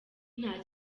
nta